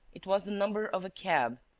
it was the number of a cab,